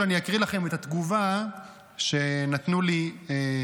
אני אקריא לכם את התגובה שנתנו לי מהמל"ל,